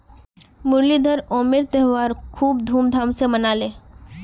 मुरलीधर ओणमेर त्योहार खूब धूमधाम स मनाले